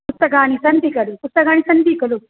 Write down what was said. पुस्तकानि सन्ति खलु पुस्तकानि सन्ति खलु